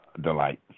delight